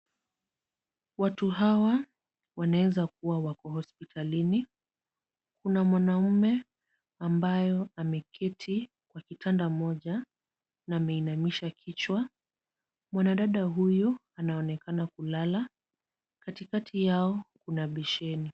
Watu hawa wanaeza kuwa wako hospitalini. Kuna mwanaume ambayo ameketi kwa kitanda moja na ameinamisha kichwa. Mwanadada huyu anaonekana kulala. Katikati yao kuna besheni.